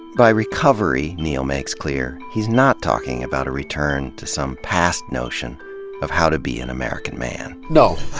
by recovery, neal makes clear, he's not talking about a return to some past notion of how to be an american man. no.